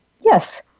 Yes